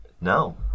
No